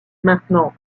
maintenant